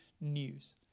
news